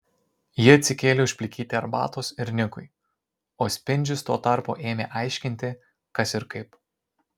ji atsikėlė užplikyti arbatos ir nikui o spindžius tuo tarpu ėmė aiškinti kas ir kaip